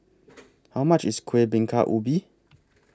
How much IS Kuih Bingka Ubi